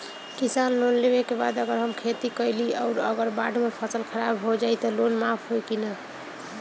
किसान लोन लेबे के बाद अगर हम खेती कैलि अउर अगर बाढ़ मे फसल खराब हो जाई त लोन माफ होई कि न?